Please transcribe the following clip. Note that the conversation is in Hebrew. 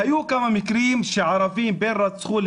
היו כמה מקרים שערבים הרגו או